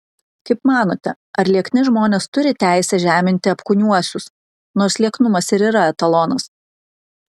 kaip manote ar liekni žmonės turi teisę žeminti apkūniuosius nors lieknumas ir yra etalonas